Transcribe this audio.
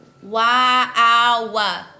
Wow